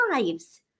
lives